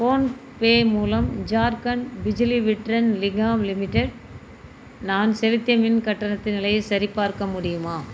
PhonePe மூலம் Jharkhand Bijli Vitran Nigam limited நான் செலுத்திய மின் கட்டணத்தின் நிலையைச் சரிப்பார்க்க முடியுமா